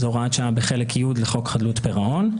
זאת הוראת שעה בחלק י' לחוק חדלות פירעון.